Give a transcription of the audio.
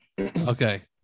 Okay